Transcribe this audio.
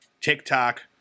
TikTok